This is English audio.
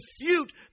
refute